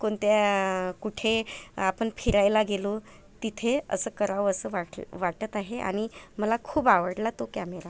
कोणत्या कुठे आपण फिरायला गेलो तिथे असं करावंसं वाटलं वाटत आहे आणि मला खूप आवडला तो कॅमेरा